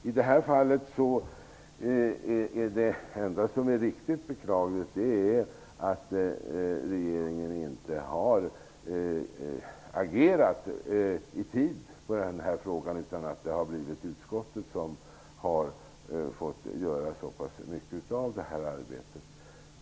I det här fallet är det enda riktigt beklagliga att regeringen inte har agerat i tid i denna fråga, utan att utskottet har fått göra så pass mycket av arbetet.